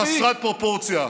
חסרת פרופורציה,